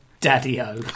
daddy-o